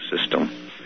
system